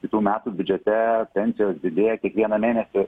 kitų metų biudžete pensijos didėja kiekvieną mėnesį